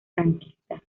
franquista